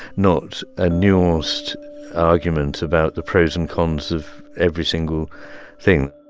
not a nuanced argument about the pros and cons of every single thing